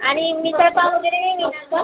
आणि मिसळ पाव वगैरे मिळणार का